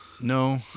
no